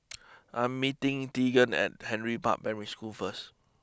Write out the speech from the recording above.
I am meeting Tegan at Henry Park Primary School first